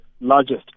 largest